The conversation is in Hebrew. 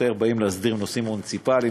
שיותר באים להסדיר נושאים מוניציפליים,